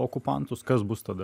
okupantus kas bus tada